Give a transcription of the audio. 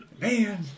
Man